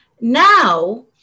Now